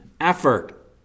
effort